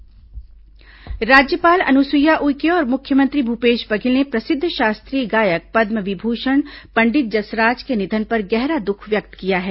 पंडित जसराज निधन राज्यपाल अनुसुईया उइके और मुख्यमंत्री भूपेश बघेल ने प्रसिद्ध शास्त्रीय गायक पद्म विभूषण पण्डित जसराज के निधन पर गहरा दुख व्यक्त किया है